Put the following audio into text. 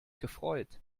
gefreut